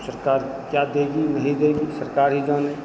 सरकार क्या देगी नहीं देगी सरकार ही जाने